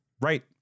Right